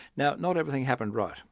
now not everything happened right,